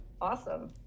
Awesome